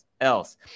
else